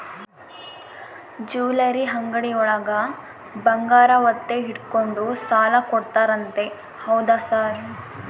Jewellery ಅಂಗಡಿಯೊಳಗ ಬಂಗಾರ ಒತ್ತೆ ಇಟ್ಕೊಂಡು ಸಾಲ ಕೊಡ್ತಾರಂತೆ ಹೌದಾ ಸರ್?